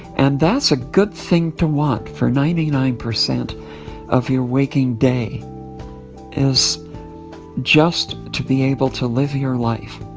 and that's a good thing to want for ninety nine percent of your waking day is just to be able to live your life,